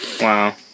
Wow